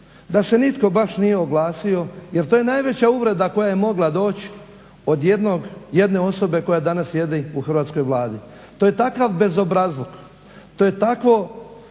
da se nitko baš nije oglasio jer to je najveća uvreda koja je mogla doći od jedne osobe koja danas sjedi u hrvatskoj Vladi. To je takav bezobrazluk, to je takva